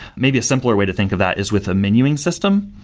maybe a simpler way to think of that is with a menuing system.